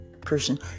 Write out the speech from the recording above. person